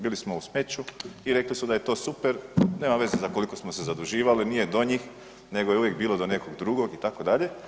Bili smo u smeću i rekli su da je to super, nema veze za koliko smo se zaduživali nije do njih nego je uvijek bilo do nekog drugog itd.